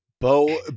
Bo